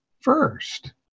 first